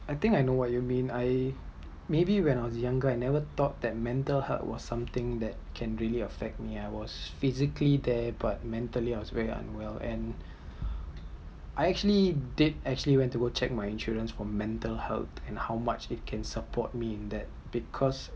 I think I know what you meant I maybe when I was younger I never thought that mental hurt was something that can really affect me I was physically there but mentally I was very unwell and I actually did actually went to check my insurance for mental health and how much it can support me in that because